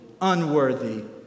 unworthy